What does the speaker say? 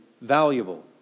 valuable